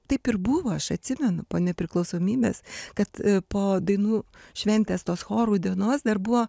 taip ir buvo aš atsimenu po nepriklausomybės kad po dainų šventės tos chorų dienos dar buvo